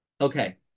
Okay